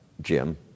Jim